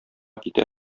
китә